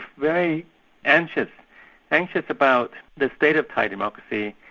very anxious anxious about the state of thai democracy,